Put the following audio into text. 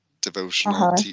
devotional